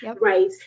right